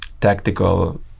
tactical